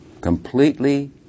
completely